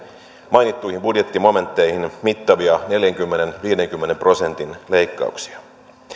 mainittuihin budjettimomentteihin mittavia neljänkymmenen viiva viidenkymmenen prosentin leikkauksia